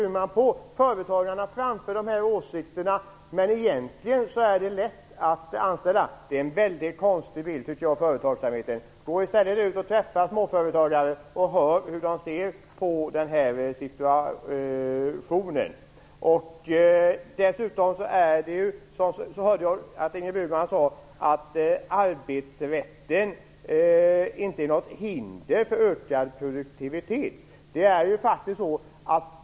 Hon menar att företagarna framför dessa åsikter, men att det egentligen är lätt att anställa. Jag tycker att det är en mycket konstig bild av företagsamheten. Gå i stället ut och träffa småföretagare och hör hur de ser på sin situation, Ingrid Burman! Jag hörde dessutom att Ingrid Burman sade att arbetsrätten inte är något hinder för ökad produktivitet.